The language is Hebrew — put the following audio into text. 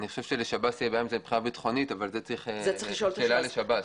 אני חושב שלשב"ס תהיה בעיה עם זה מבחינה ביטחונית אבל זאת שאלה לשב"ס.